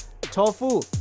tofu